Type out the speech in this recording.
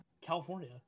California